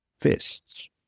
fists